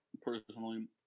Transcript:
personally